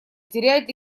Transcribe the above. теряет